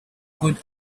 good